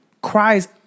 cries